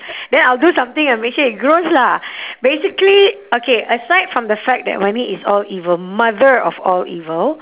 then I'll do something and make sure it grows lah basically okay aside from the fact that money is all evil mother of all evil